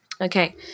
Okay